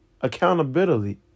Accountability